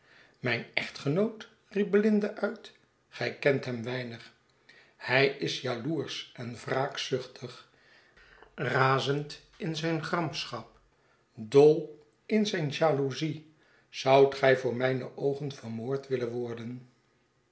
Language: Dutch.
mijn echtgenoot riep belinda uit gij kent hem weinig hij is jaloersch en wraakzuchtig razend in zijne gramschap dol in zijne jaloezie zoudt gij voor mijne oogen vermoord willen worden